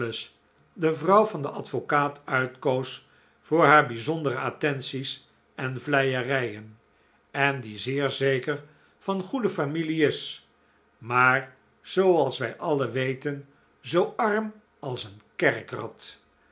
de vrouw van den advocaat uitkoos voor haar bijzondere attenties en vleierijen en die zeer zeker van goede familie is maar zooals wij alien weten zoo arm als een kerkrat